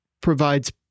provides